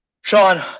Sean